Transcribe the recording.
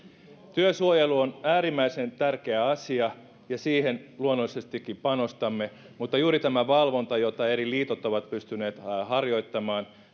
työsuojelu on äärimmäisen tärkeä asia ja siihen luonnollisestikin panostamme mutta juuri tätä valvontaa jota eri liitot ovat pystyneet harjoittamaan